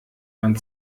man